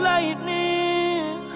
Lightning